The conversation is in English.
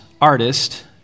artist